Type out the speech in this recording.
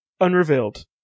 Unrevealed